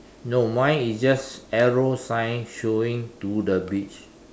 no mine is just arrow sign showing to the beach